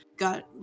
got